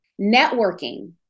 networking